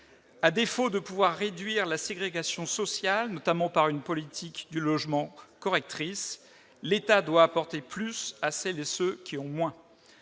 À défaut de pouvoir réduire la ségrégation sociale, notamment par une politique du logement correctrice, l'État doit apporter plus à celles et ceux qui ont moins.